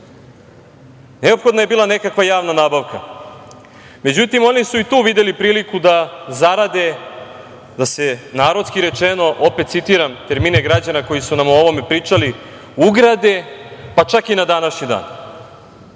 neophodna je bila nekakva javna nabavka. Međutim, oni su i tu videli priliku da zarade, da se, narodski rečeno, opet citiram termine građana koji su nam o ovome pričali, ugrade, pa čak i na današnji